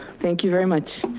thank you very much.